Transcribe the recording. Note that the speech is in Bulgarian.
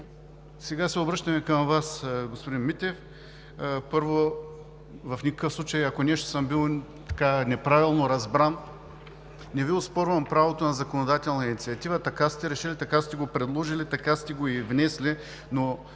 Сега се обръщам и към Вас, господин Митев. Първо, в никакъв случай, ако нещо съм бил неправилно разбран, не Ви оспорвам правото на законодателна инициатива. Така сте решили, така сте го предложили, така сте го и внесли, но